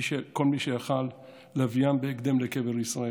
כל מי שיכול, להביאם בהקדם לקבר ישראל.